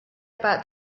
about